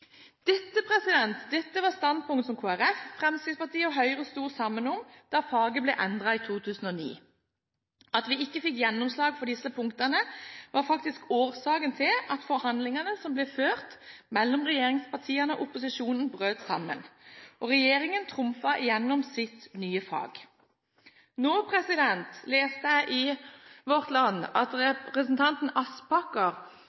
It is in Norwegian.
Dette var standpunkt som Kristelig Folkeparti, Fremskrittspartiet og Høyre sto sammen om da faget ble endret i 2009. At vi ikke fikk gjennomslag for disse punktene, var faktisk årsaken til at forhandlingene som ble ført mellom regjeringspartiene og opposisjonen, brøt sammen, og regjeringen trumfet igjennom sitt nye fag. Nå leste jeg i Vårt Land at